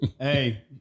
Hey